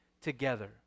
together